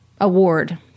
award